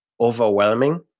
overwhelming